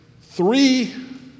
three